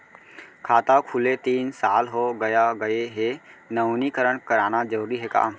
खाता खुले तीन साल हो गया गये हे नवीनीकरण कराना जरूरी हे का?